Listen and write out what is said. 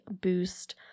boost